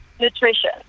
nutrition